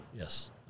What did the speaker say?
Yes